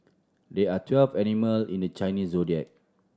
there are twelve animal in the Chinese Zodiac